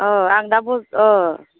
अ आं दा बर्त'मान अ